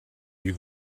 you